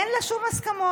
אין לה שום הסכמות,